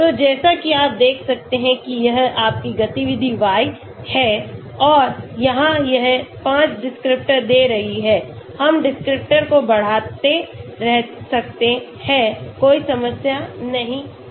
तो जैसा कि आप देख सकते हैं कि यह आपकी गतिविधि y है और यहाँ यह 5 डिस्क्रिप्टर दे रही है हम डिस्क्रिप्टर को बढ़ाते रह सकते हैं कोई समस्या नहीं है